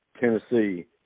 tennessee